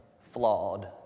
flawed